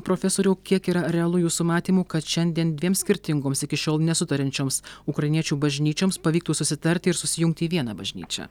profesoriau kiek yra realu jūsų matymu kad šiandien dviem skirtingoms iki šiol nesutariančioms ukrainiečių bažnyčioms pavyktų susitarti ir susijungti į vieną bažnyčią